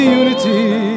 unity